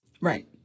Right